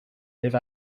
live